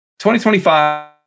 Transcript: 2025